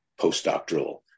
postdoctoral